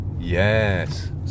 Yes